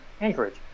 Anchorage